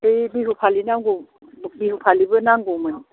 बै बिहु फालि नांगौ बिहु फालिबो नांगौमोन